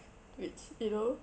which you know